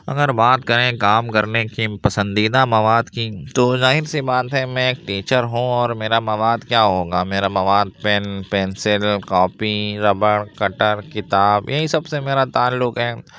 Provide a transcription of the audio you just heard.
اگر بات کریں کام کرنے کی پسندیدہ مواد کی تو ظاہر سی بات ہے میں ایک ٹیچر ہوں اور میرا مواد کیا ہوگا میرا مواد pen pencil copy rubber cutter کتاب یہی سب سے میرا تعلق ہے